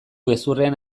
gezurrean